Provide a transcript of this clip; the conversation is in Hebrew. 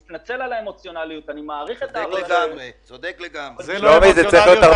אין בינינו שום מחלוקת על כך שהסטודנטים הם נכס אסטרטגי,